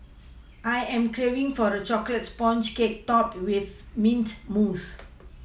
I am craving for a chocolate sponge cake topped with mint mousse